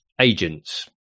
agents